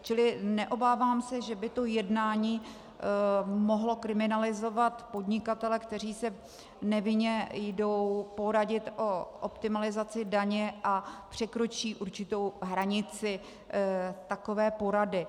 Čili neobávám se, že by to jednání mohlo kriminalizovat podnikatele, kteří se nevinně jdou poradit o optimalizaci daně a překročí určitou hranici takové porady.